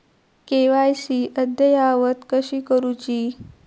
KYC अद्ययावत कशी करुची?